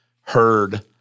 heard